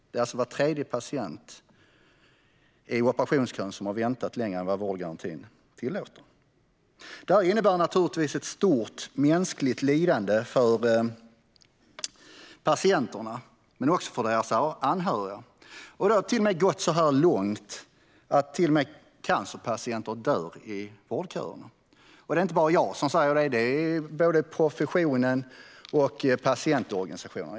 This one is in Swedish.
Det är alltså var tredje patient i operationskön som har väntat längre än vad vårdgarantin tillåter. Detta innebär naturligtvis ett stort mänskligt lidande för patienterna, men också för deras anhöriga. Det har till och med gått så långt att cancerpatienter dör i vårdköerna. Och det är inte bara jag som säger det, utan det är både professionen och patientorganisationerna.